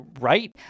right